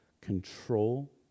control